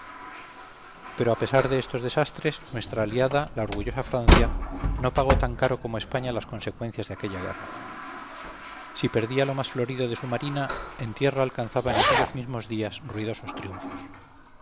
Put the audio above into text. pero a pesar de estos desastres nuestra aliada la orgullosa francia no pagó tan caro como españa las consecuencias de aquella guerra si perdía lo más florido de su marina en tierra alcanzaba en aquellos mismos días ruidosos triunfos